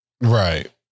right